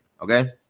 Okay